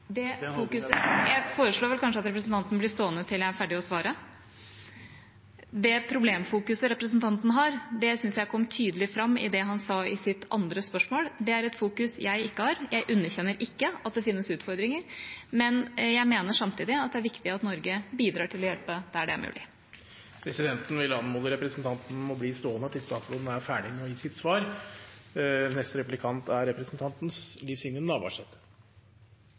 Det vil jeg ha meg frabedt, faktisk. Jeg foreslår vel kanskje at representanten blir stående til jeg er ferdig med å svare. Det problemfokuset representanten har, syns jeg kom tydelig fram i det han sa i sitt andre spørsmål. Det er et fokus jeg ikke har. Jeg underkjenner ikke at det fins utfordringer, men jeg mener samtidig at det er viktig at Norge bidrar til å hjelpe der det er mulig. Presidenten vil anmode representanten om å bli stående til statsråden er ferdig med å gi sitt svar. Helse er